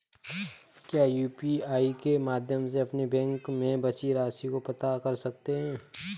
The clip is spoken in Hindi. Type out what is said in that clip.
क्या यू.पी.आई के माध्यम से अपने बैंक में बची राशि को पता कर सकते हैं?